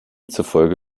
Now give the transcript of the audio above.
zufolge